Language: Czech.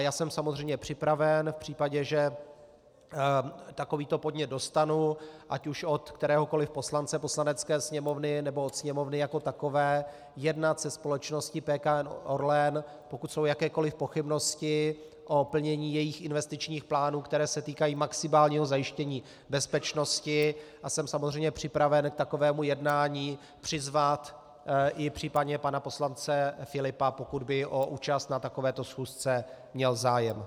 Já jsem samozřejmě připraven v případě, že takovýto podnět dostanu ať už od kteréhokoliv poslance Poslanecké sněmovny, nebo od Sněmovny jako takové jednat se společností PKN Orlen, pokud jsou jakékoliv pochybnosti o plnění jejích investičních plánů, které se týkají maximálního zajištění bezpečnosti, a jsem samozřejmě připraven k takovému jednání přizvat i případně pana poslance Filipa, pokud by o účast na takovéto schůzce měl zájem.